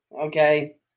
okay